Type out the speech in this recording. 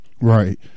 Right